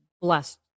blessed